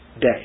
day